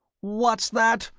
what's that?